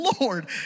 Lord